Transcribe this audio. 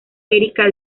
erika